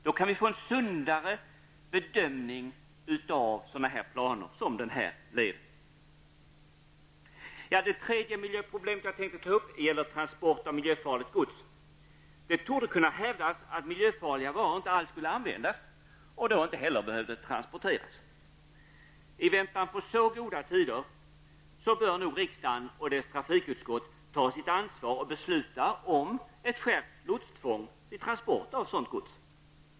Då kan vi få en sundare bedömning av planer som den som gäller den här leden. Det tredje miljöproblemet jag tänkte ta upp gäller transport av miljöfarligt gods. Det torde kunna hävdas att miljöfarliga varor inte alls skulle användas och alltså inte heller behöva transporteras. I väntan på så goda tider bör riksdagen och dess trafikutskott ta sitt ansvar och besluta om skärpt lotstvång vid transport av sådant gods.